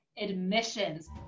admissions